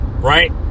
right